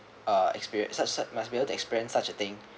uh experience such such must be able to experience such a thing